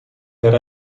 per